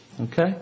Okay